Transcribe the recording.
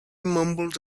mumbled